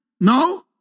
No